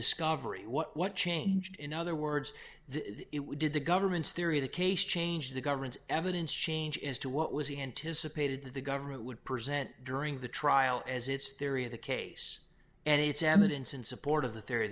discovery what changed in other words the it we did the government's theory of the case changed the government's evidence changed as to what was he anticipated that the government would present during the trial as it's theory of the case and it's evidence in support of the theory